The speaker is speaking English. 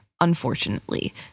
unfortunately